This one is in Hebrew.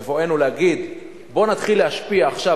בבואנו להגיד: בוא נתחיל להשפיע עכשיו